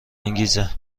انگیزه